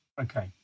Okay